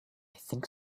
think